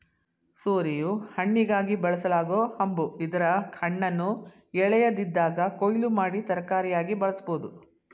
ಸೋರೆಯು ಹಣ್ಣಿಗಾಗಿ ಬೆಳೆಸಲಾಗೊ ಹಂಬು ಇದರ ಹಣ್ಣನ್ನು ಎಳೆಯದಿದ್ದಾಗ ಕೊಯ್ಲು ಮಾಡಿ ತರಕಾರಿಯಾಗಿ ಬಳಸ್ಬೋದು